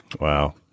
Wow